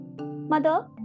Mother